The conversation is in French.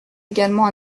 également